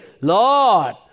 Lord